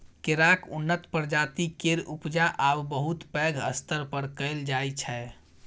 केराक उन्नत प्रजाति केर उपजा आब बहुत पैघ स्तर पर कएल जाइ छै